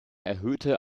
erhöhte